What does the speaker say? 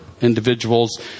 individuals